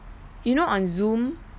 you know on zoom